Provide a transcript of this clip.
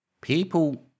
People